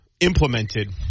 implemented